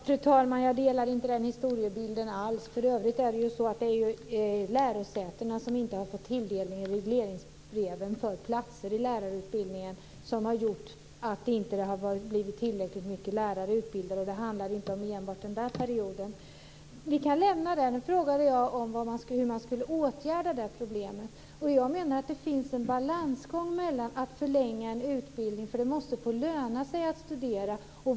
Fru talman! Jag håller inte alls med om den historiebeskrivningen. För övrigt har ju lärosätena inte fått tilldelning i regleringsbreven för platser i lärarutbildningen. Det har gjort att det inte har blivit tillräckligt många lärare utbildade. Det handlar inte enbart om den här perioden. Vi kan lämna detta. Nu frågade jag hur man ska åtgärda det här problemet. Jag menar att det är en balansgång här när det gäller att förlänga en utbildning. Det måste löna sig att studera.